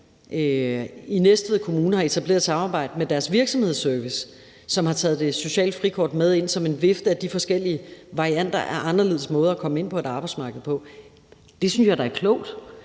i Næstved Kommune har man f.eks. etableret et samarbejde med deres virksomhedsservice, som har taget det sociale frikort med ind i viften af de forskellige varianter af anderledes måder at komme ind på et arbejdsmarked på. Det synes jeg da er klogt.